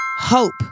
hope